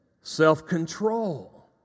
self-control